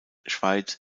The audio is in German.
schweiz